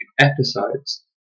episodes